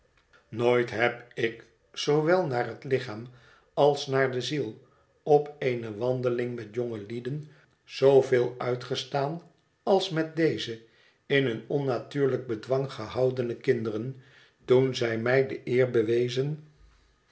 nooit heb ik zoowel naar het lichaam als naar de ziel op eene wandeling met jongelieden zooveel uitgestaan als met deze in een onnatuurlijk bedwang gehoudene kinderen toen zij mij de eer bewezen